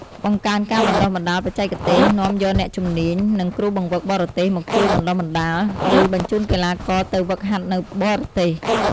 បង្កើនការបណ្ដុះបណ្ដាលបច្ចេកទេស នាំយកអ្នកជំនាញ និងគ្រូបង្វឹកបរទេសមកជួយបណ្ដុះបណ្ដាល ឬបញ្ជូនកីឡាករទៅហ្វឹកហាត់នៅបរទេស។